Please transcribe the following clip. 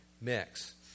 mix